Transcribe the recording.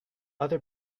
other